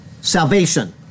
salvation